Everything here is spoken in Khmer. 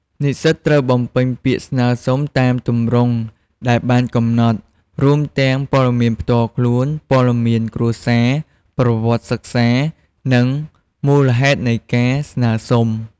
និស្សិតត្រូវបំពេញពាក្យស្នើសុំតាមទម្រង់ដែលបានកំណត់ រួមទាំងព័ត៌មានផ្ទាល់ខ្លួន ព័ត៌មានគ្រួសារ ប្រវត្តិសិក្សា និងមូលហេតុនៃការស្នើសុំ។